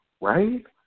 right